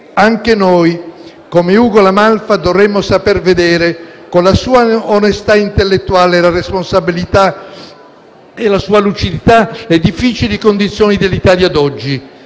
Anche noi, come Ugo La Malfa, dovremmo saper vedere con la sua onestà intellettuale, le responsabilità e le lucidità le difficili condizioni dell'Italia di oggi,